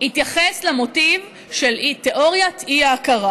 התייחס למוטיב של תיאוריית האי-הכרה,